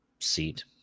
seat